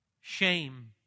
Shame